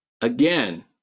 Again